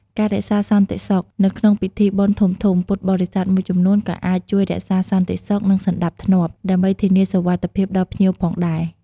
ការផ្ដល់សេវាបឋម ប្រសិនបើមានភ្ញៀវមានបញ្ហាសុខភាពបន្តិចបន្តួច ពួកគាត់អាចផ្ដល់សេវាបឋម ឬជួយសម្របសម្រួលទៅកាន់មន្ទីរពេទ្យបើសិនចាំបាច់។